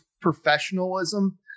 professionalism